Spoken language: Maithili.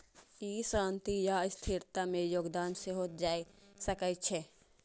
ई शांति आ स्थिरता मे योगदान सेहो दए सकै छै